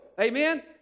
Amen